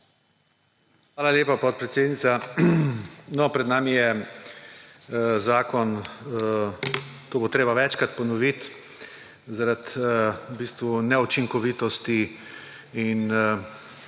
Hvala lepa, podpredsednica. Pred nami je zakon, to bo treba večkrat ponoviti, zaradi neučinkovitosti, mene